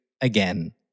again